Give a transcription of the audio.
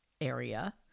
area